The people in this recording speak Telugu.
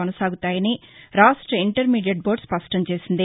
కొనసాగుతాయని రాష్ట ఇంటర్ మీడియట్ బోర్డు స్పష్టం చేసింది